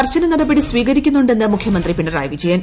കർശന നടപടി സ്വീകരിക്കുന്നുണ്ടെന്ന് മുഖൃമന്ത്രി പിണറായി വിജയൻ